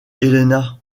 helena